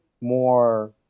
more